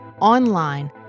online